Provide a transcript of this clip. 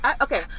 Okay